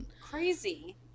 Crazy